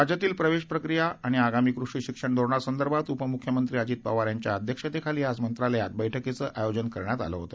राज्यातील प्रवेश प्रक्रिया व आगामी कृषी शिक्षण धोरणासंदर्भात उपम्ख्यमंत्री अजित पवार यांच्या अध्यक्षतेखाली आज मंत्रालयात बैठकीचे आयोजन करण्यात आले होते